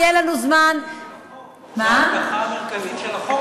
מירי, זו ההבטחה המרכזית של החוק.